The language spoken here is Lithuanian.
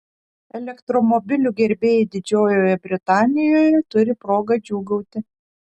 elektromobilių gerbėjai didžiojoje britanijoje turi progą džiūgauti